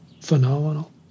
phenomenal